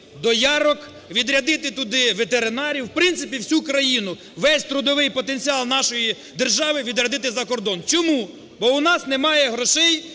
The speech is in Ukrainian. доярок, відрядити туди ветеринарів, в принципі, всю країну, весь трудовий потенціал нашої держави відрядити за кордон. Чому? Бо у нас немає грошей